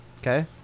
okay